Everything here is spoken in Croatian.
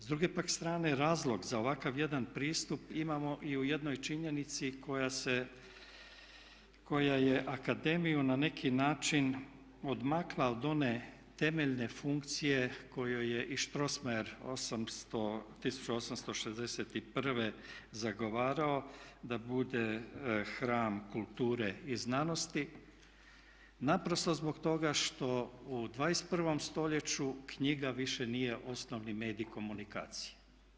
S druge pak strane razlog za ovakav jedan pristup imamo i u jednoj činjenici koja je akademiju na neki način odmakla od one temeljen funkciju kojoj je i Strrosmayer 1861. zagovarao da bude hram kulture i znanosti naprosto zbog toga što u 21.stoljeću knjiga više nije osnovni medij komunikacije.